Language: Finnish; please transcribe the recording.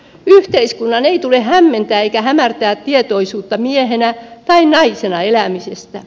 yhteiskunnan ei tule hämmentää eikä hämärtää tietoisuutta miehenä tai naisena elämisestä